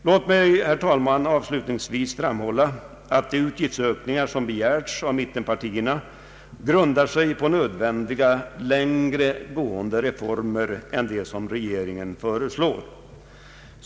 Låt mig, herr talman, avslutningsvis framhålla att de utgiftsökningar som begärts av mittenpartierna grundar sig på nödvändiga reformer som går längre än de som regeringen föreslår.